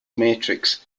matrix